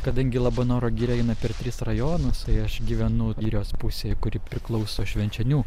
kadangi labanoro giria eina per tris rajonus tai aš gyvenu girios pusėj kuri priklauso švenčionių